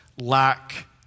lack